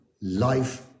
life